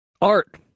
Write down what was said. art